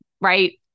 right